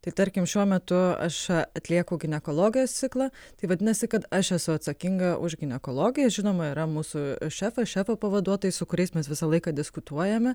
tai tarkim šiuo metu aš atlieku ginekologijos ciklą tai vadinasi kad aš esu atsakinga už ginekologiją žinoma yra mūsų šefas šefo pavaduotojai su kuriais mes visą laiką diskutuojame